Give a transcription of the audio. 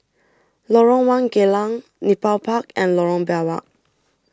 Lorong one Geylang Nepal Park and Lorong Biawak